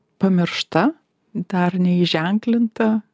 pamiršta dar neįženklintą